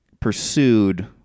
pursued